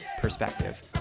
Perspective